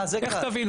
זה קל.